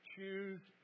Choose